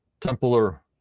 Templar